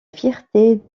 fierté